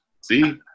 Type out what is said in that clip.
See